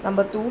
number two